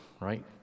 right